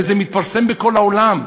וזה מתפרסם בכל העולם,